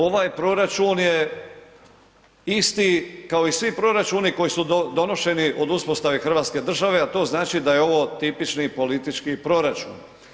Ovaj proračun je isti kao i svi proračuni koji su donošeni od uspostave hrvatske države, a to znači da je ovo tipični politički proračun.